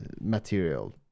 material